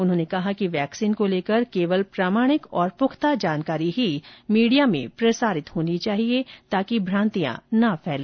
उन्होंने कहा कि वैक्सीन को लेकर केवल प्रमाणिक और पुख्ता जानकारी ही मीडिया में प्रसारित होनी चाहिए ताकि भ्रांतियां ना फैले